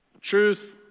Truth